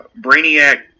Brainiac